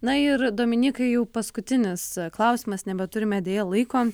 na ir dominykai jau paskutinis klausimas nebeturime deja laiko